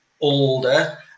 older